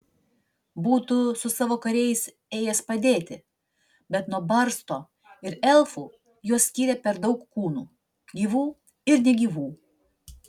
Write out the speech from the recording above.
būtų su savo kariais ėjęs padėti bet nuo barsto ir elfų juos skyrė per daug kūnų gyvų ir negyvų